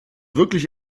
wirklich